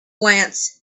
glance